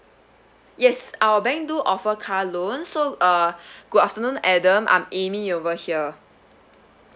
yes our bank do offer car loans so uh good afternoon adam I'm amy over here